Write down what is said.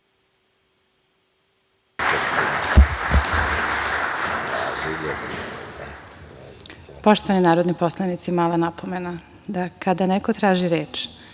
Poštovani narodni poslanici, mala napomena. Kada neko traži reč